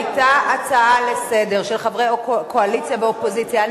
היתה הצעה לסדר-היום של חברי קואליציה ואופוזיציה.